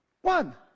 one